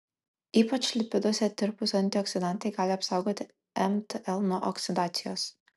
ypač lipiduose tirpūs antioksidantai gali apsaugoti mtl nuo oksidacijos